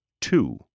Two